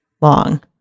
long